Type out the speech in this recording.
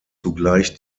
zugleich